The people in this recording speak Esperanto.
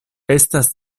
estas